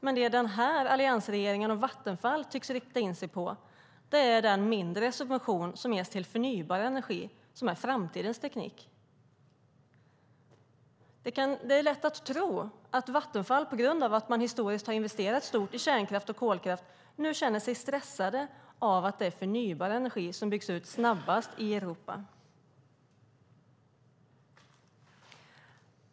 Men det alliansregeringen och Vattenfall tycks rikta in sig på är den mindre subvention som ges till förnybar energi, som är framtidens teknik. Det är lätt att tro att Vattenfall på grund av att man historiskt har investerat stort i kärnkraft och kolkraft känner sig stressat av att det är förnybar energi som byggs ut snabbast i Europa.